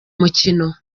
mukino